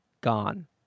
gone